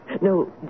No